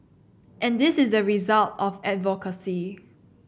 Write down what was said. and this is a result of advocacy